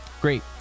Great